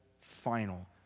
final